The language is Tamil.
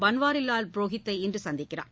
பள்வாரிவால் புரோஹித்தை இன்றுசந்திக்கிறார்